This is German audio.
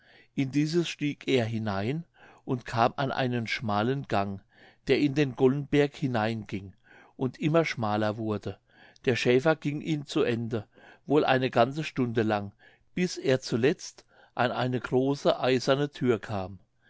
in dieses stieg er hinein und kam an einen schmalen gang der in den gollenberg hineinging und immer schmaler wurde der schäfer ging ihn zu ende wohl eine ganze stunde lang bis er zuletzt an eine große eiserne thür kam